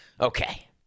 Okay